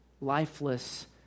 lifeless